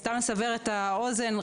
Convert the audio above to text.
סתם לסבר את האוזן,